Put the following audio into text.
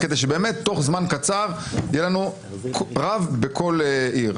כדי שבתוך זמן קצר יהיה לנו רב בכל עיר.